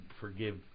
forgive